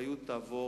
האחריות תעבור